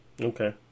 okay